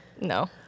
No